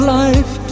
life